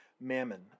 mammon